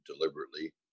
deliberately